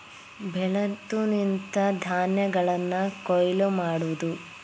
ಬೆಳೆದು ನಿಂತ ಧಾನ್ಯಗಳನ್ನ ಕೊಯ್ಲ ಮಾಡುದು